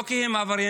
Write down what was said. לא כי הם עבריינים,